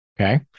Okay